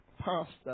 Pastor